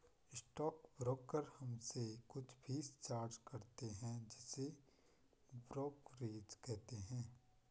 stock broker हमसे कुछ fees charge करते हैं जिसे ब्रोकरेज कहते हैं